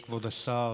כבוד השר,